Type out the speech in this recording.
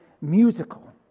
musical